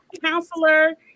counselor